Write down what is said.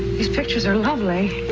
these pictures are lovely.